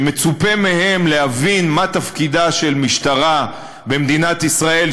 שמצופה מהם להבין מה תפקידה של משטרה במדינת ישראל,